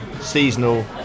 seasonal